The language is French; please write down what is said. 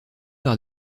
par